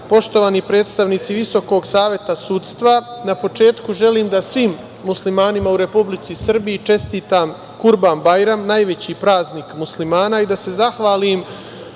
poštovani predstavnici Visokog saveta sudstva, na početku želim da svim muslimanima u Republici Srbiji čestitam Kurban-bajram, najveći praznik muslimana, i da se zahvalim